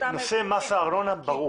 נושא מס הארנונה ברור.